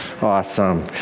Awesome